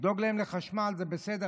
לדאוג להם לחשמל זה בסדר,